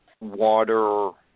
water